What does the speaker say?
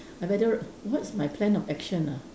I better what's my plan of action ah